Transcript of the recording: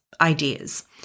ideas